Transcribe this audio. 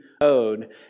owed